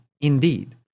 indeed